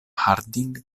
harding